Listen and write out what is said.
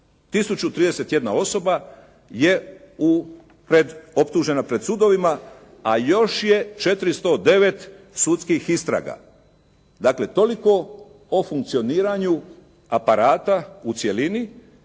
31 osoba je optužena pred sudovima, a još je 409 sudskih istraga. Dakle, toliko o funkcioniranju aparata u cjelini,